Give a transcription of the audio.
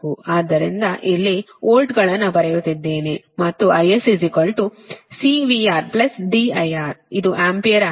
ಆದ್ದರಿಂದ ಇಲ್ಲಿ ವೋಲ್ಟ್ಗಳನ್ನು ಬರೆಯುತ್ತಿದ್ದೇನೆ ಮತ್ತು IS C VR D IR ಇದು ಆಂಪಿಯರ್ ಆಗಿದೆ